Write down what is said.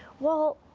well,